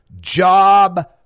job